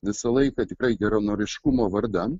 visą laiką tikrai geranoriškumo vardan